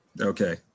Okay